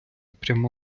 пряма